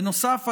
בנוסף,